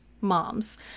moms